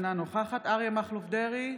אינו נוכח אריה מכלוף דרעי,